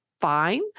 fine